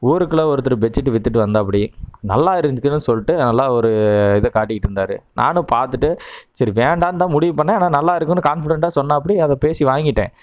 ஊருக்குள்ளே ஒருத்தர் பெட்ஷீட் விற்றுட்டு வந்தாப்புடி நல்லா இருந்துச்சுன்னு சொல்லிட்டு நல்லா ஒரு இதை காட்டிட்டு இருந்தார் நானும் பார்த்துட்டு சரி வேண்டாம்னு தான் முடிவு பண்ணுணேன் ஆனால் நல்லா இருக்குதுன்னு கான்ஃபிடென்டாக சொன்னாப்புடி அதை பேசி வாங்கிட்டேன்